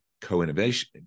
Co-Innovation